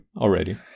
already